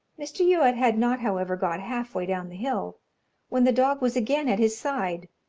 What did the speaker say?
mr. youatt had not, however, got half-way down the hill when the dog was again at his side,